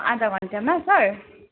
आधा घन्टामा सर